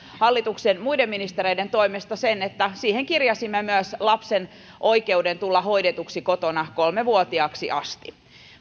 hallituksen muiden ministereiden toimesta sen että niihin kirjasimme myös lapsen oikeuden tulla hoidetuksi kotona kolme vuotiaaksi asti